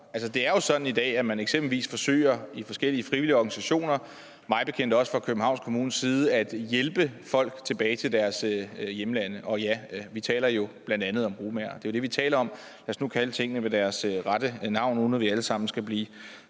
det er jo sådan i dag, at man i forskellige frivillige organisationer – og mig bekendt også fra Københavns Kommunes side – eksempelvis forsøger at hjælpe folk tilbage til deres hjemlande. Og ja, vi taler bl.a. om romaer. Det er jo dem, vi taler om. Lad os nu kalde tingene ved deres rette navn, uden at vi alle sammen skal